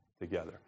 together